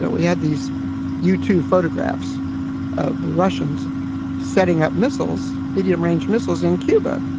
ah we had these u two photographs of the russians setting up missiles, medium range missiles in cuba.